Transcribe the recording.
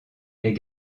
est